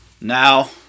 Now